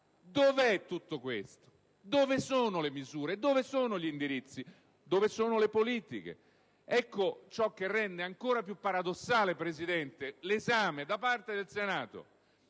è la crescita. Dove sono le misure? Dove sono gli indirizzi? Dove sono le politiche? Ecco ciò che rende ancora più paradossale, signor Presidente, l'esame da parte del Senato